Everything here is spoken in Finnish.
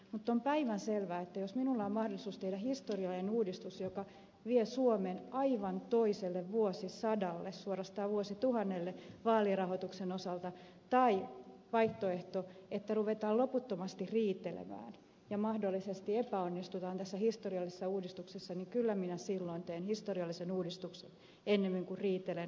mutta on päivänselvää että jos minulla on mahdollisuus tehdä historiallinen uudistus joka vie suomen aivan toiselle vuosisadalle suorastaan vuosituhannelle vaalirahoituksen osalta sen vaihtoehtona että ruvetaan loputtomasti riitelemään ja mahdollisesti epäonnistutaan tässä historiallisessa uudistuksessa niin kyllä minä silloin teen historiallisen uudistuksen ennemmin kuin riitelen loputtomasti